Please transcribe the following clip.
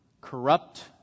corrupt